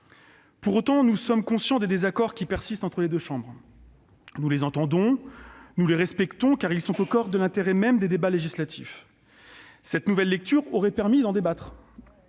Pour autant, nous sommes conscients des désaccords qui persistent entre les deux chambres. Nous les entendons et nous les respectons, car ils constituent l'intérêt même du débat législatif. Cette nouvelle lecture aurait permis d'en débattre.